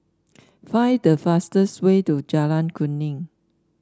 find the fastest way to Jalan Kuning